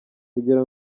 kugira